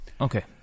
Okay